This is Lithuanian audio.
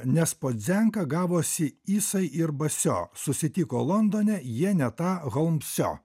nesdzenka gavosi isai ir basio susitiko londone jie ne tą holmsio